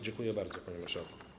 Dziękuję bardzo, panie marszałku.